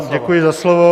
Děkuji za slovo.